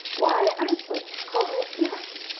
why, i thought cod were flat,